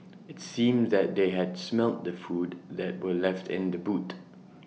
IT seemed that they had smelt the food that were left in the boot